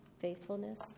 faithfulness